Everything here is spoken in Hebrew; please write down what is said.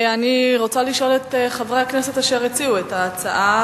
אני רוצה לשאול את חברי הכנסת אשר הציעו את ההצעה.